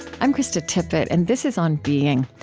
i'm krista tippett, and this is on being.